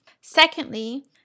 Secondly